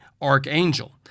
Archangel